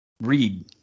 read